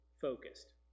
focused